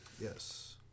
Yes